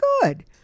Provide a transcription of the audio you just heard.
good